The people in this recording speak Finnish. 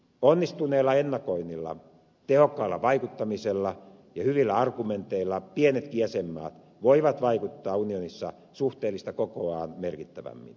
onnistuneella ennakoinnilla tehokkaalla vaikuttamisella ja hyvillä argumenteilla pienetkin jäsenmaat voivat vaikuttaa unionissa suhteellista kokoaan merkittävämmin